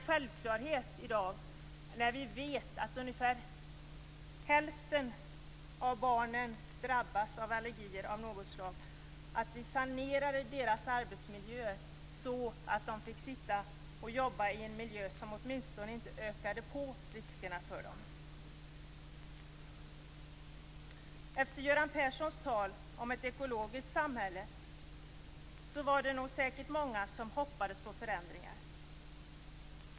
I dag, när vi vet att ungefär hälften av barnen drabbas av allergi av något slag, borde det vara en självklarhet att sanera deras arbetsmiljöer så att de åtminstone inte ökade riskerna ytterligare. Efter Görans Perssons tal om ett ekologiskt samhälle var det säkert många som hoppades på förändringar.